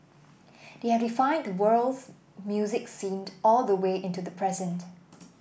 they have defined the world's music scene all the way into the present